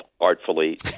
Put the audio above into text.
artfully